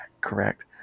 correct